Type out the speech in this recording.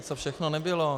Co všechno nebylo.